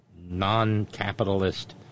non-capitalist